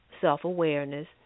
self-awareness